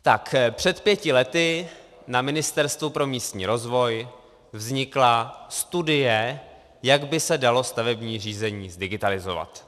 Tak před pěti lety na Ministerstvu pro místní rozvoj vznikla studie, jak by se dalo stavební řízení zdigitalizovat.